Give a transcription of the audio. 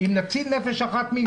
גם אם נציל נפש אחת מישראל.